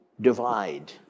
divide